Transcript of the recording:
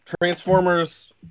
Transformers